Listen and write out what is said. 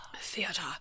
theater